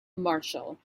marshal